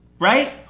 right